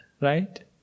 right